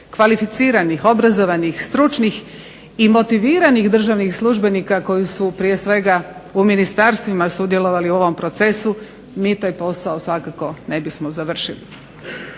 kvalificiranih, obrazovanih i stručnih ali i motiviranih državnih službenika koji su prije svega u ministarstvima sudjelovali u ovom procesu mi taj posao svakako ne bismo završili.